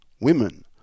Women